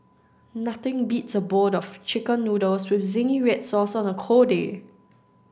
nothing beats a bowl of chicken noodles with zingy red sauce on a cold day